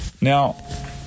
now